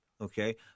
okay